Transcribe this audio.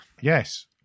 Yes